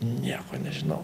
nieko nežinau